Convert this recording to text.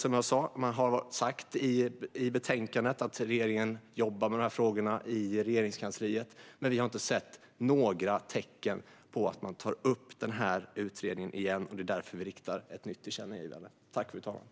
Det har sagts i betänkandet att regeringen jobbar med dessa frågor i Regeringskansliet. Men vi har inte sett några tecken på att man tar upp denna utredning igen. Det är därför som vi riktar ett nytt tillkännagivande till regeringen.